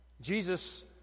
Jesus